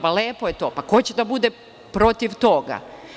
Lepo je to, ko će da bude protiv toga?